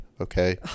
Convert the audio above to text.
okay